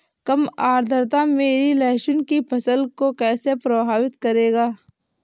कम आर्द्रता मेरी लहसुन की फसल को कैसे प्रभावित करेगा?